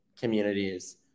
communities